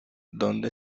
donde